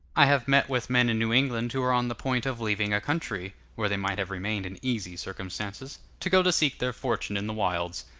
i have met with men in new england who were on the point of leaving a country, where they might have remained in easy circumstances, to go to seek their fortune in the wilds.